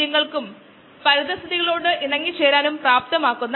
അല്പം വിപരീതമായി ഒരേ ജീവിയുടെ കോശങ്ങളുടെ കോൺസെൻട്രേഷൻ പ്രൊഫൈൽ നോക്കാം